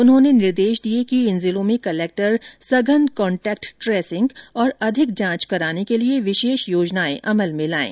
उन्होंने निर्देश दिए कि इन जिलों में कलेक्टर सघन कॉन्टेक्ट ट्रेसिंग और अधिक जांच कराने के लिए विशेष योजनाएं अमल में लाएं